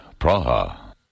Praha